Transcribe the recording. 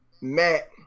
Matt